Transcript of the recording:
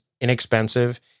inexpensive